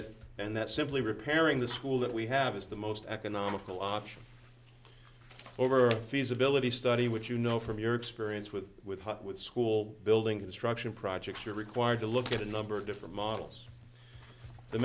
that simply repairing the school that we have is the most economical option over feasibility study which you know from your experience with with with school building construction projects you're required to look at a number of different models the